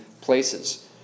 places